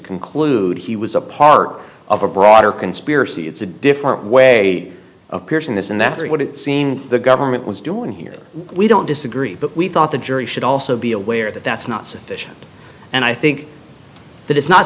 conclude he was a part of a broader conspiracy it's a different way of peers in this and that's what it seemed the government was doing here we don't disagree but we thought the jury should also be aware that that's not sufficient and i think that it's not